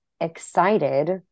excited